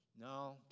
No